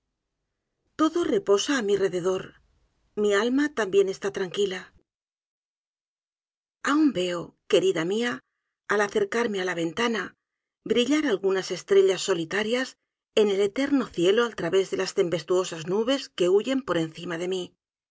todo reposa á mi rededor mi alma también está tranquila aun veo querida mía al acercarme á la ventana brillar algunas estrellas solitarias en el eterno cielo al través de las tempestuosas nubes que huyen por encima de mí